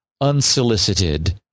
unsolicited